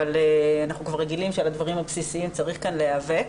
אבל אנחנו כבר רגילים שעל הדברים הבסיסיים צריך כאן להיאבק.